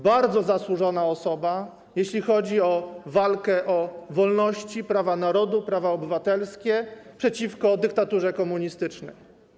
Bardzo zasłużona osoba, jeśli chodzi o walkę o wolności, prawa narodu, prawa obywatelskie, przeciwko dyktaturze komunistycznej.